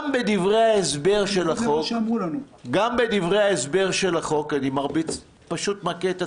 גם בדברי ההסבר של החוק אני פשוט מכה את עצמי,